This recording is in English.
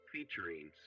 Featuring